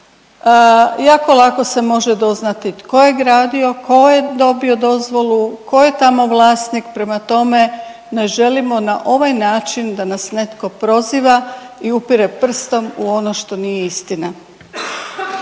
Jako lako se može doznati tko je gradio, tko je dobio dozvolu, tko je tamo vlasnik. Prema tome, ne želimo na ovaj način da nas netko proziva i upire prstom u ono što nije istina.